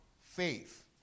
faith